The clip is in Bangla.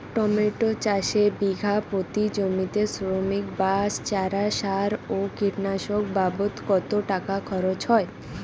টমেটো চাষে বিঘা প্রতি জমিতে শ্রমিক, বাঁশ, চারা, সার ও কীটনাশক বাবদ কত টাকা খরচ হয়?